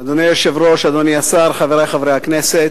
אדוני היושב-ראש, אדוני השר, חברי חברי הכנסת,